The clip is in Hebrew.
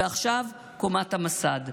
ועכשיו קומת המסד.